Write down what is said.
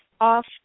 off